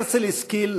הרצל השכיל,